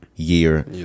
year